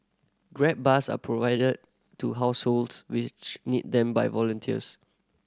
grab bars are provided to households which need them by volunteers